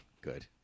Good